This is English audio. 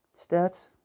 stats